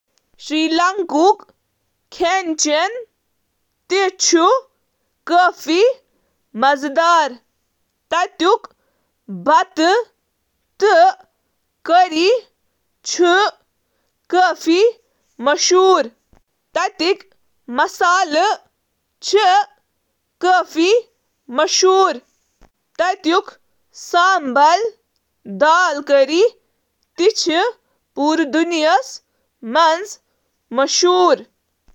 سری لنکا کٮ۪ن ضِیافتن ہٕنٛز مرکٔزی خصوٗصیت چھِ توٚمُل یا رنٛگہٕ دار توٚمُل، یُس گاڈٕ یا مازٕ سۭتۍ پیش یِوان کرنہٕ، سۭتۍ سۭتۍ سبزی، دال یا مٮ۪وَو سۭتۍ بناونہٕ یِنہٕ وٲلۍ باقٕے کری۔